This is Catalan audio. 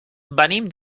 venim